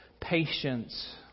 patience